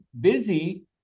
busy